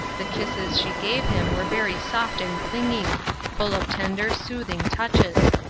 the kisses she gave him were very soft and clinging full of tender, soothing touches.